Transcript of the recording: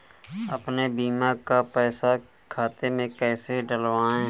अपने बीमा का पैसा खाते में कैसे डलवाए?